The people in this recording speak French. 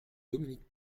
dominique